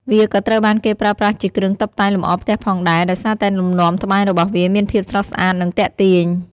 វាក៏ត្រូវបានគេប្រើប្រាស់ជាគ្រឿងតុបតែងលម្អផ្ទះផងដែរ ដោយសារតែលំនាំត្បាញរបស់វាមានភាពស្រស់ស្អាតនិងទាក់ទាញ។